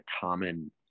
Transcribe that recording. common